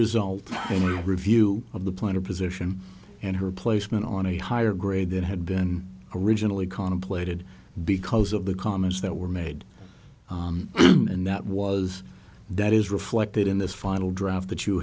a review of the plan to position and her placement on a higher grade than had been originally contemplated because of the comments that were made and that was that is reflected in this final draft that you